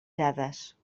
dades